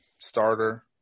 starter